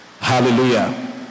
Hallelujah